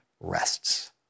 rests